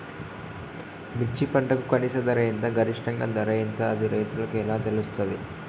మిర్చి పంటకు కనీస ధర ఎంత గరిష్టంగా ధర ఎంత అది రైతులకు ఎలా తెలుస్తది?